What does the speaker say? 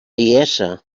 iessa